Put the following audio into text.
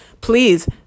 please